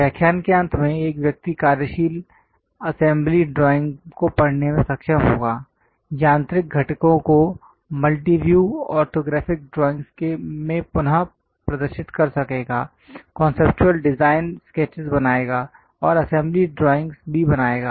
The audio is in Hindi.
व्याख्यान के अंत में एक व्यक्ति कार्यशील असेंबली ड्राइंग को पढ़ने में सक्षम होगा यांत्रिक घटकों को मल्टीव्यू ऑर्थोग्राफिक ड्रॉइंग में पुनः प्रदर्शित कर सकेगा कांसेप्चुअल डिजाइन स्केचेज बनाएगा और असेंबली ड्राइंग्स भी बनाएगा